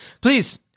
Please